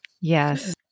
Yes